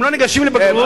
הם לא ניגשים לבגרות.